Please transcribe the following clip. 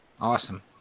Awesome